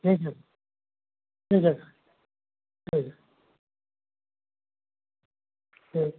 ठीक है ठीक है सर ठीक है ठीक